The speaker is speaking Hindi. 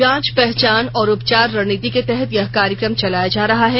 जांच पहचान और उपचार रणनीति के तहत यह कार्यक्रम चलाया जा रहा है